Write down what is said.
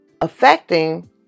affecting